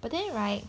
but then right